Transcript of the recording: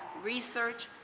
research,